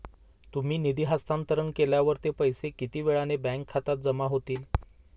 तुम्ही निधी हस्तांतरण केल्यावर ते पैसे किती वेळाने बँक खात्यात जमा होतील?